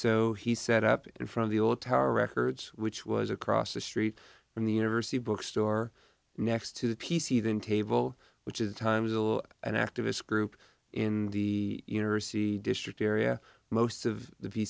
so he set up in from the old tower records which was across the street from the university bookstore next to the p c then table which is the times ill and activist group in the university district area most of the v